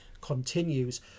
continues